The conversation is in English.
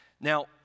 Now